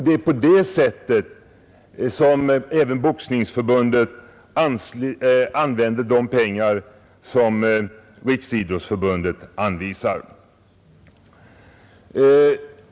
Det är på det sättet som även Boxningsförbundet använder de pengar som Riksidrottsförbundet anvisar.